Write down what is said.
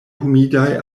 humidaj